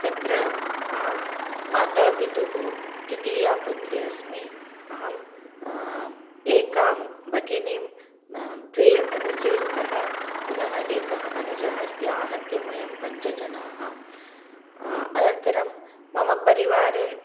तत्र अहं माता पितुः द्वितीया पुत्री अस्मि अहम् एकां भगिनीं द्वे अनुजे स्तः पुनः एकः अनुजः अस्ति आहत्य वयं पञ्चजनाः अनन्तरं मम परिवारे